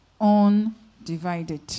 undivided